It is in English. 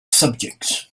subjects